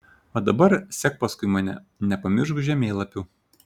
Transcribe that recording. o dabar sek paskui mane nepamiršk žemėlapių